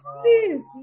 please